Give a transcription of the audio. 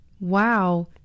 Wow